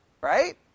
right